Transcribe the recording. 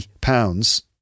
pounds